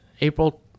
April